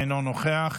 אינו נוכח.